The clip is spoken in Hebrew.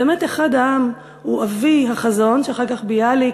באמת אחד העם הוא אבי החזון, ואחר כך ביאליק